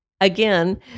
again